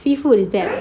free food is that